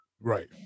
Right